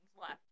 left